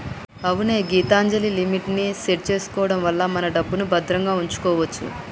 అవునే గీతాంజలిమిట్ ని సెట్ చేసుకోవడం వల్ల మన డబ్బుని భద్రంగా ఉంచుకోవచ్చు